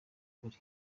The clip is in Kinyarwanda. ukuri